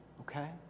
okay